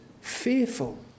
fearful